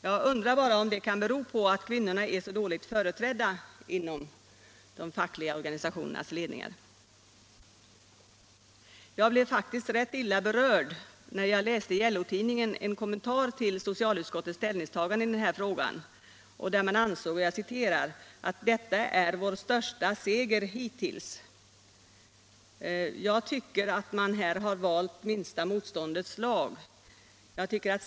Jag undrar bara om det kan bero på att kvinnorna är så dåligt företrädda inom de fackliga organisationernas ledningar. Jag blev faktiskt rätt illa berörd när jag i LO-tidningen läste en kommentar till socialutskottets ställningstagande i den här frågan, där man ansåg att ”detta är vår största seger hittills”. Jag tycker att man här följt minsta motståndets lag.